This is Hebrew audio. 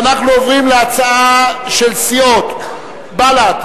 אנחנו עוברים להצעה של סיעות בל"ד,